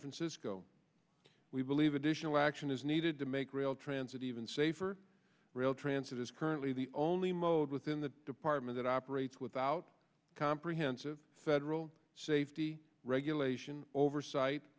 francisco we believe additional action is needed to make rail transit even safer rail transit is currently the only mode within the department that operates without comprehensive federal safety regulation oversight